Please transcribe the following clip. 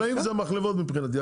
חקלאים זה מחלבות מבחינתי.